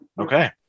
Okay